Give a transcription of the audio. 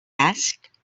asked